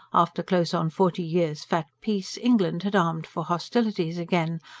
after close on forty years' fat peace, england had armed for hostilities again,